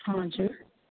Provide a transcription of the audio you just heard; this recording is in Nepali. हजुर